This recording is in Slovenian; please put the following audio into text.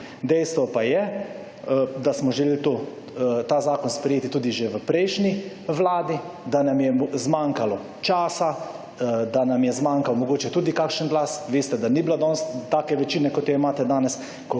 Dejstvo pa je, da smo želeli ta zakon sprejeti tudi že v prejšnji vladi, da nam je zmanjkalo časa, da nam je zmanjkalo mogoče tudi kakšen glas. Veste, da ni bilo takšne večine kot jo imate danes,